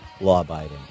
law-abiding